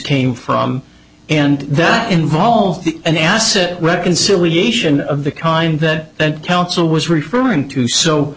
came from and that involved an asset reconciliation of the kind that that council was referring to so